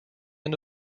end